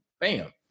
bam